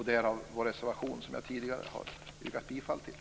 Därav vår reservation, som jag tidigare har yrkat bifall till.